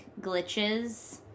glitches